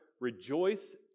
rejoice